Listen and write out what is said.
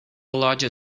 larger